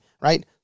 Right